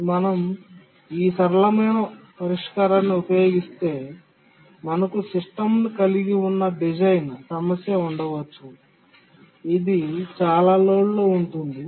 మనం ఈ సరళమైన పరిష్కారాన్ని ఉపయోగిస్తే మనకు సిస్టమ్ను కలిగి ఉన్న డిజైన్ సమస్య ఉండవచ్చు అది చాలా లోడ్లో ఉంది